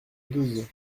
douze